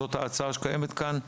זאת ההצעה שקיימת כאן.